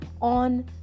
on